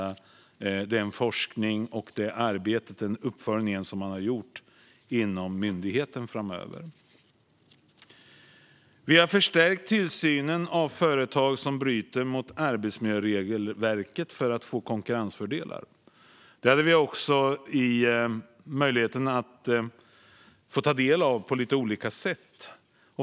Det handlar om den forskning, det arbete och den uppföljning som man har gjort inom myndigheten. Vi har förstärkt tillsynen av företag som bryter mot arbetsmiljöregelverket för att få konkurrensfördelar. Det hade vi också möjlighet att få ta del av på lite olika sätt.